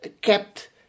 kept